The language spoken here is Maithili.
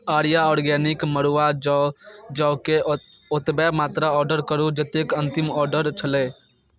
आर्या आर्गेनिक मड़ुआ जौ जौके ओतबे मात्रा ऑर्डर करू जतेक अन्तिम ऑर्डर छलै